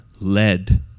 led